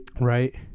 right